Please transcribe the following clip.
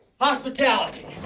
Hospitality